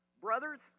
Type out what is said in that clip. brothers